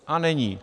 A není.